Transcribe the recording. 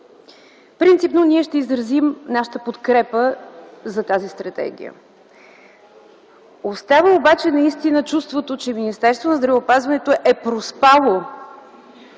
Принципно ние ще изразим нашата подкрепа за тази стратегия. Остава обаче чувството, че Министерството на здравеопазването е проспало